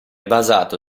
basato